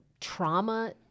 trauma